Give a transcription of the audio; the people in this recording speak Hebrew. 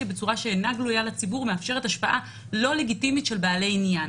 בצורה שאינה גלויה לציבור מאפשרת השפעה לא לגיטימית של בעלי העניין.